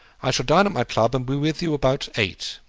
i shall dine at my club, and be with you about eight.